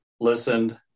listened